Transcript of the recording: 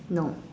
no